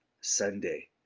sunday